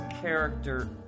character